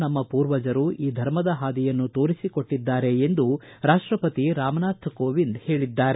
ನಮ್ಮ ಪೂರ್ವಜರು ಈ ಧರ್ಮದ ಹಾದಿಯನ್ನು ತೋರಿಕೊಟ್ಟಿದ್ದಾರೆ ಎಂದು ರಾಷ್ಟಪತಿ ರಾಮನಾಥ ಕೋವಿಂದ್ ಹೇಳಿದ್ದಾರೆ